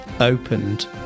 opened